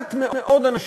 מעט מאוד אנשים